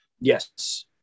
Yes